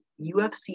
UFC